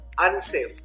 unsafe